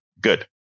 Good